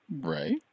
right